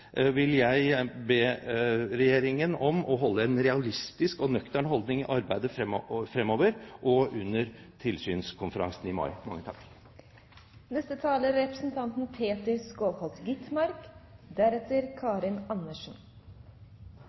vil jeg be Regjeringen om å ha en realistisk og nøktern holdning i arbeidet fremover og under tilsynskonferansen i mai.